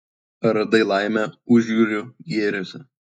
ar radai laimę užjūrių gėriuose